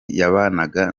yabanaga